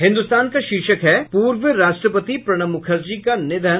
हिन्दुस्तान का शीर्षक है पूर्व राष्ट्रपति प्रणब मुखर्जी का निधन